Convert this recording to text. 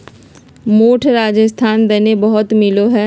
मोठ राजस्थान दने बहुत मिलो हय